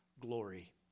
glory